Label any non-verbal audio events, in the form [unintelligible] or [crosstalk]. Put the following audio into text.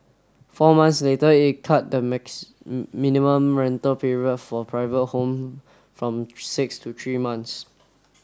four months later it cut the mix [unintelligible] minimum rental period for private home from six to three months